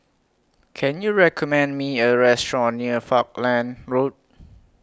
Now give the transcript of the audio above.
Can YOU recommend Me A Restaurant near Falkland Road